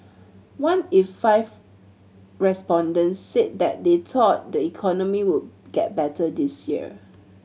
one in five respondents said that they thought the economy would get better this year